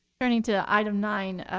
turning to item nine,